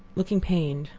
looking pained,